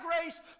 grace